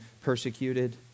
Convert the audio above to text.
persecuted